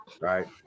right